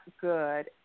good